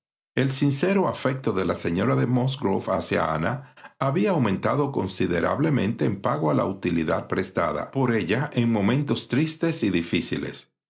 el sincero afecto de la señora de musgrove hacia ana había aumentado considerablemente en pago a la utilidad prestada por ella en momentos tristes y difíciles